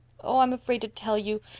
oh, i'm afraid to tell you.